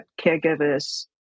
caregivers